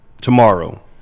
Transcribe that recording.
tomorrow